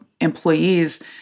employees